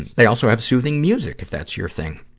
and they also have soothing music, if that's your thing.